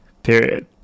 period